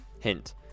Hint